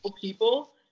people